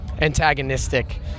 antagonistic